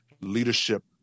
leadership